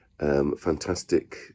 fantastic